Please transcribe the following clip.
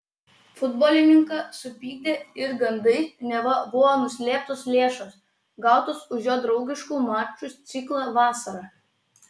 futbolininką supykdė ir gandai neva buvo nuslėptos lėšos gautos už jo draugiškų mačų ciklą vasarą